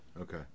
Okay